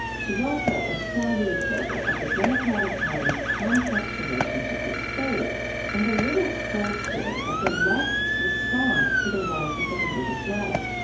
she's also a savvy observer of the democratic party's complex relationship with faith and the little-told story of the left's response to the rise of the religious right